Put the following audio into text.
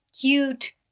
cute